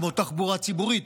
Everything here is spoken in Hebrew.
כמו תחבורה ציבורית,